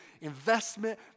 investment